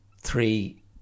three